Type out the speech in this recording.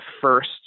first